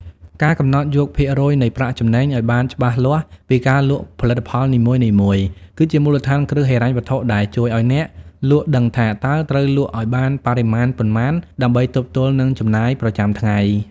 ការកំណត់យកភាគរយនៃប្រាក់ចំណេញឱ្យបានច្បាស់លាស់ពីការលក់ផលិតផលនីមួយៗ គឺជាមូលដ្ឋានគ្រឹះហិរញ្ញវត្ថុដែលជួយឱ្យអ្នកលក់ដឹងថា តើត្រូវលក់ឱ្យបានបរិមាណប៉ុន្មានដើម្បីទប់ទល់នឹងចំណាយប្រចាំថ្ងៃ។